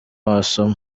wasoma